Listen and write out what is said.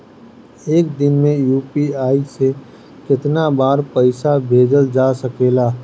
एक दिन में यू.पी.आई से केतना बार पइसा भेजल जा सकेला?